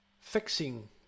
fixing